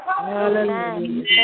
amen